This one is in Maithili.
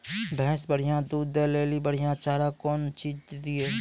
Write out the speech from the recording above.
भैंस बढ़िया दूध दऽ ले ली बढ़िया चार कौन चीज दिए?